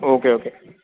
okay okay